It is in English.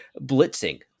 blitzing